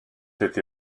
été